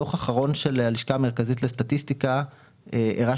דוח אחרון של הלשכה המרכזית לסטטיסטיקה הראה